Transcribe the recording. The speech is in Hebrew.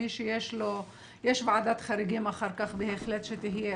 יש ועדת חריגים אחר כך שתהיה.